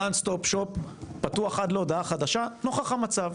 ONE STOP SHOP פתוח עד להודעה חדשה לנוכח המצב,